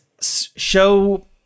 show